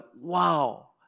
wow